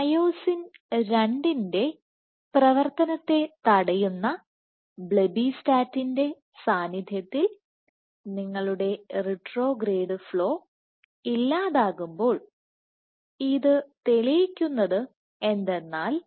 myosin II പ്രവർത്തനത്തെ തടയുന്ന ബ്ലെബ്ബിസ്റ്റാറ്റിന്റെ സാന്നിധ്യത്തിൽ നിങ്ങളുടെ റിട്രോഗ്രേഡ് ഫ്ലോ ഇല്ലാതാകുമ്പോൾ ഇത് തെളിയിക്കുന്നത് എന്തെന്നാൽ